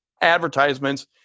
advertisements